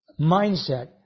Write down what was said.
mindset